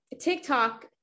TikTok